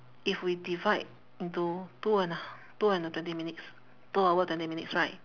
if we divide into two and a h~ two and a twenty minutes two hour twenty minutes right